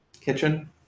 kitchen